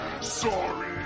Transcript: Sorry